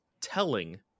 telling